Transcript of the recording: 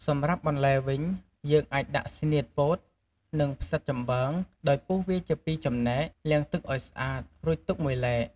សម្រាប់បន្លែវិញ យើងអាចដាក់ ស្នៀតពោត និង ផ្សិតចំបើង ដោយពុះវាជាពីរចំណែក លាងទឹកឱ្យស្អាត រួចទុកមួយឡែក។